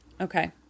okay